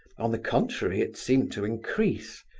on the contrary, it seemed to increase.